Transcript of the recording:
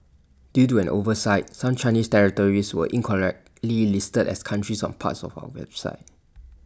due to an oversight some Chinese territories were incorrectly listed as countries on parts of our website